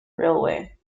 railway